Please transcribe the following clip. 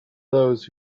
those